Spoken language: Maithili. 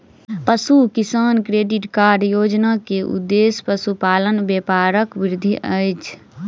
पशु किसान क्रेडिट कार्ड योजना के उद्देश्य पशुपालन व्यापारक वृद्धि अछि